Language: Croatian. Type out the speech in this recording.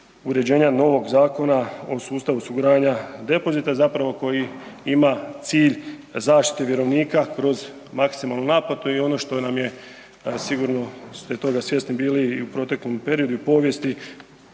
uređenja novog zakona o sustavu osiguranja depozita, zapravo, koji ima cilj zaštite vjerovnika kroz maksimalnu naplatu i ono što nam je sigurno ste toga svjesni bili i u proteklom periodu i u povijesti